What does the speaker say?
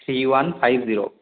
three one five zero